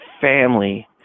family